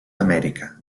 amèrica